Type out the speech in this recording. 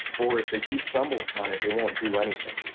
or if they do stumble upon it, they won't do anything.